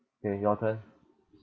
K your turn